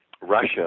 Russia